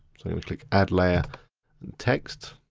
so i'm gonna click add layer text.